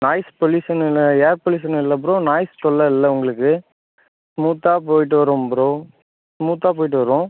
noise pollution இல்லை air பொல்யூஷனும் இல்லை ப்ரோ நாய்ஸ் தொல்லை இல்லை உங்களுக்கு ஸ்மூத்தாக போயிட்டு வரும் ப்ரோ ஸ்மூத்தாக போயிட்டு வரும்